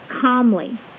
calmly